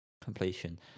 Completion